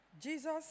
Jesus